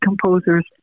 composers